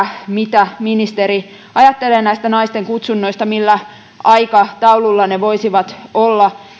mitä ministeri ajattelee näistä naisten kutsunnoista millä aikataululla ne voisivat olla